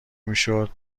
میشد